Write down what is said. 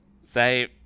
say